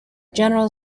general